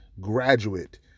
graduate